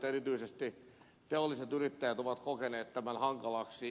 erityisesti teolliset yrittäjät ovat kokeneet tämän hankalaksi